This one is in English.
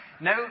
No